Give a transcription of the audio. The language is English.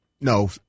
No